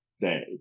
day